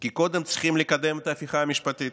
כי קודם צריך לקדם את ההפיכה המשפטית,